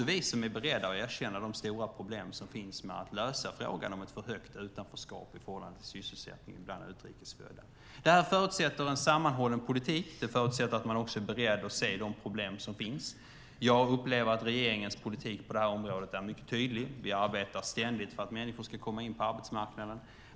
Vi är beredda att erkänna de stora problem som finns med att lösa frågan med ett för högt utanförskap i förhållande till sysselsättningen bland utrikes födda. Detta förutsätter en sammanhållen politik och att man också är beredd att se de problem som finns. Jag upplever att regeringens politik på det här området är mycket tydlig. Vi arbetar ständigt för att människor ska komma in på arbetsmarknaden.